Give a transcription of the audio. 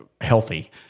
healthy